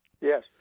Yes